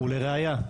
לראייה,